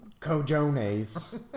cojones